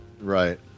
Right